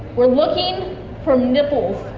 we're looking for nipples.